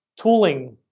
tooling